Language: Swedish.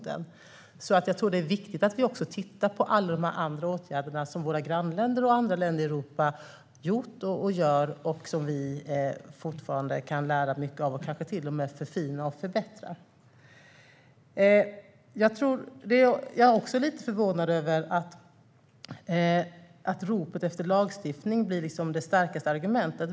Det är viktigt att vi tittar på alla andra åtgärder som våra grannländer och andra länder i Europa vidtar och har vidtagit och som vi fortfarande kan lära mycket av, kanske till och med förfina och förbättra. Jag är också lite förvånad över att ropet efter lagstiftning blir det starkaste argumentet.